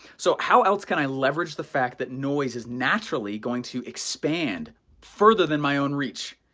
so how else can i leverage the fact that noise is naturally going to expand further than my own reach?